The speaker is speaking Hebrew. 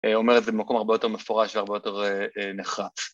‫אומר את זה במקום הרבה יותר מפורש ‫והרבה יותר נחרץ.